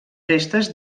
restes